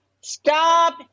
Stop